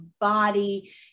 body